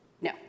No